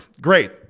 great